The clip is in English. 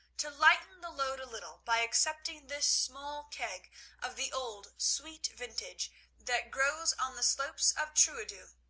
to lighten the load a little by accepting this small keg of the old sweet vintage that grows on the slopes of trooidos.